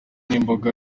n’imboga